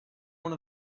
one